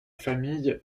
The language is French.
famille